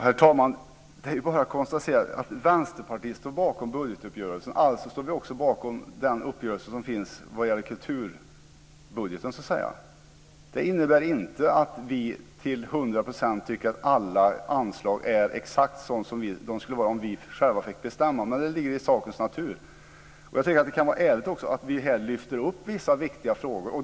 Herr talman! Jag vill bara konstatera att Vänsterpartiet står bakom budgetuppgörelsen. Alltså står vi också bakom den uppgörelse som finns om kulturbudgeten. Det innebär inte att vi till hundra procent tycker att alla anslag är exakt som de skulle vara om vi själva fick bestämma. Men det ligger i sakens natur. Jag tycker att det också kan vara ärligt att vi här lyfter fram vissa viktiga frågor.